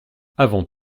avant